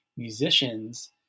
musicians